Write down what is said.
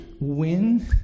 win